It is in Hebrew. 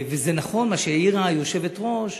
וזה נכון מה שהעירה היושבת-ראש.